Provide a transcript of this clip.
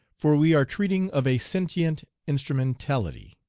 for we are treating of a sentient instrumentality.